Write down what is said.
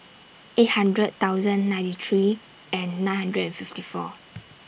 eight hundred thousand ninety three and nine hundred and fifty four